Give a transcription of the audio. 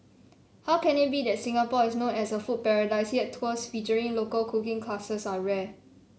how can it be that Singapore is known as a food paradise yet tours featuring local cooking classes are rare